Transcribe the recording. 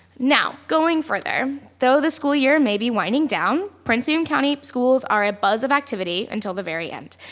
now, going further, though the school year may be winding down, prince william county schools are a buzz of activity until the very end,